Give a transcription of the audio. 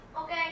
Okay